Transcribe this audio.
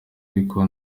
ariko